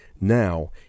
Now